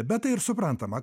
bet tai ir suprantama